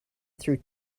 through